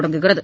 தொடங்குகிறது